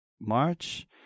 March